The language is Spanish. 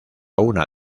una